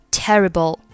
terrible